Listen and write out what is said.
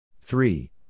Three